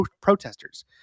protesters